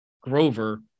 Grover